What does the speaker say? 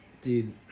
Dude